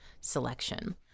selection